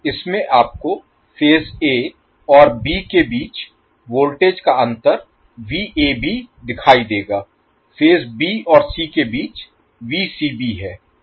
इसमें आपको phase a और b के बीच वोल्टेज का अंतर दिखाई देगा फेज b और c के बीच है